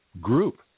group